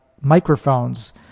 microphones